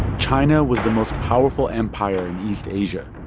china was the most powerful empire in east asia,